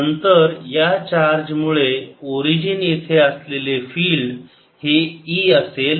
नंतर या चार्ज मुळे ओरिजिन येथे असलेले फिल्ड हे E असेल